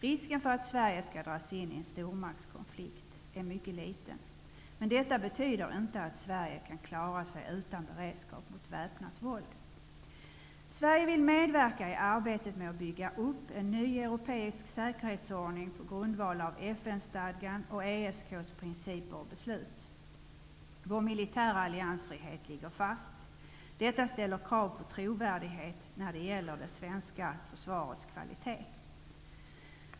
Risken för att Sverige skall dras in i en stormaktskonflikt är mycket liten. Detta betyder inte att Sverige kan klara sig utan beredskap mot väpnat våld. Sverige vill medverka i arbetet med att bygga en ny europeisk säkerhetsordning på grundval av FN stadgan och ESK:s principer och beslut. Vår militära alliansfrihet ligger fast. Detta ställer krav på trovärdighet när det gäller det svenska försvarets kvalitet.